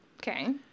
Okay